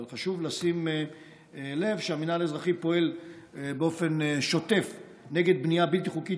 אבל חשוב לשים לב שהמינהל האזרחי פועל באופן שוטף נגד בנייה בלתי חוקית